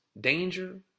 danger